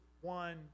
one